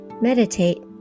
meditate